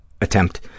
attempt